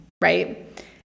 right